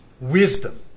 wisdom